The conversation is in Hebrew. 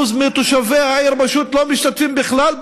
מתושבי העיר פשוט לא משתתפים בכלל בבחירות?